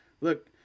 look